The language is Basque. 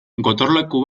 gotorleku